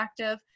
interactive